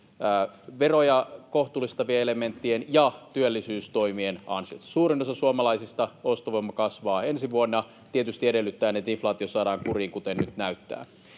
veroja kohtuullistavien elementtien ja työllisyystoimien ansiosta. Suurimmalla osalla suomalaisista ostovoima kasvaa ensi vuonna, tietysti edellyttäen, että inflaatio saadaan kuriin, kuten nyt näyttää.